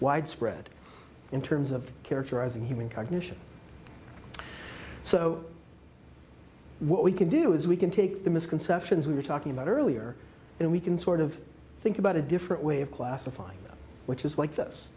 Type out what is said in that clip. widespread in terms of characterizing human cognition so what we can do is we can take the misconceptions we were talking about earlier and we can sort of think about a different way of classifying which is like this